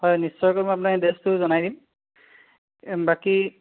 হয় নিশ্চয়কৈ মই আপোনাক এড্ৰেছটো জনাই দিম বাকী